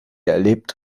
erlebt